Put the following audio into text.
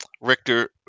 Richter